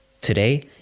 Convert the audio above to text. Today